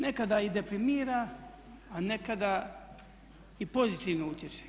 Nekada i deprimira a nekada i pozitivno utječe.